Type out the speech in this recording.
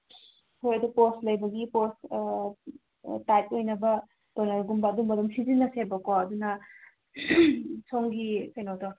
ꯍꯣꯏ ꯑꯗꯣ ꯄꯣꯔꯁ ꯂꯩꯕꯒꯤ ꯄꯣꯔꯁ ꯇꯥꯏꯠ ꯑꯣꯏꯅꯕ ꯇꯣꯅꯔꯒꯨꯝꯕ ꯑꯗꯨꯝꯕ ꯑꯗꯨꯝ ꯁꯤꯖꯤꯟꯅꯁꯦꯕꯀꯣ ꯑꯗꯨꯅ ꯁꯣꯝꯒꯤ ꯀꯩꯅꯣꯗꯣ